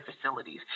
facilities